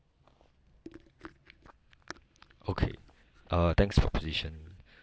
okay uh thanks proposition